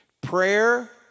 Prayer